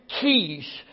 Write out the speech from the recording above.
keys